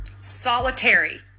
solitary